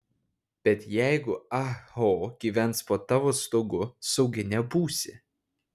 bet jeigu ah ho gyvens po tavo stogu saugi nebūsi